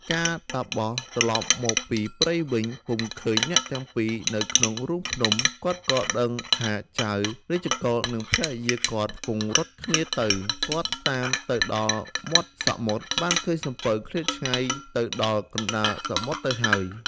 កាលតាបសត្រឡប់មកពីព្រៃវិញ ពុំឃើញអ្នកទាំងពីរនៅក្នុងរូងភ្នំ គាត់ក៏ដឹងថាចៅ រាជកុលនិងភរិយាគាត់ ពង្រត់គ្នាទៅ គាត់តាមទៅដល់មាត់សមុទ្រ បានឃើញសំពៅឃ្លាតឆ្ងាយទៅដល់កណ្តាលសមុទ្រទៅហើយ ។